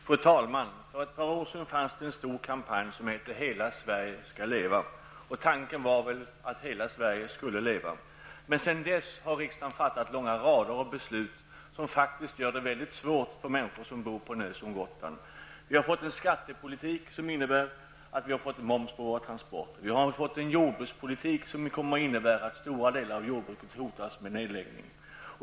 Fru talman! För ett par år sedan bedrevs det en stor kampanj som hette Hela Sveriges skall leva. Tanken var att hela Sverige skulle leva, men sedan dess har riksdagen fattat långa rader av beslut som faktiskt gör det väldigt svårt för människor som bor på en ö som Gotland. Vi har fått en skattepolitik som innebär moms på transporter. Vi har fått en jordbrukspolitik som kommer att innebära att stora delar av jordbruket hotas av nedläggning.